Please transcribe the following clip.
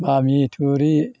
बामि थुरि